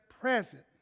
present